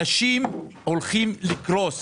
אנשים הולכים לקרוס